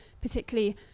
particularly